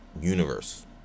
universe